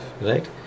right